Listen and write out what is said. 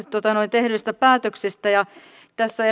tehdyistä päätöksistä tässä